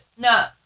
No